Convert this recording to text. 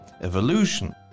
evolution